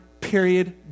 Period